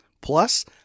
Plus